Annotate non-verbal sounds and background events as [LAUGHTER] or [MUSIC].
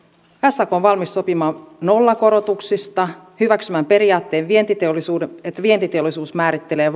sak on valmis sopimaan nollakorotuksista hyväksymään periaatteen että vientiteollisuus määrittelee [UNINTELLIGIBLE]